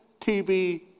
TV